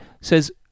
says